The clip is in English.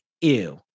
ew